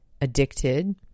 addicted